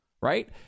right